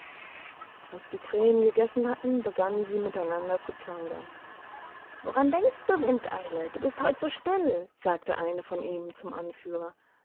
als die krähen gegessen hatten begannen sie miteinander zu plaudern woran denkst du wind eile du bist heute so still sagte eine von ihnen zumanführer ach